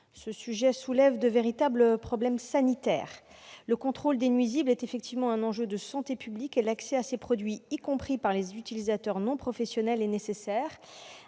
Ce sujet soulève de véritables problèmes sanitaires : le contrôle des nuisibles est un enjeu de santé publique et l'accès à ces produits, y compris par les utilisateurs non professionnels, est nécessaire.